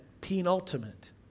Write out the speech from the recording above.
penultimate